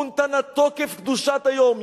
"ונתנה תוקף קדושת היום".